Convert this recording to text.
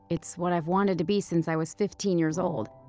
it's what i've wanted to be since i was fifteen years old.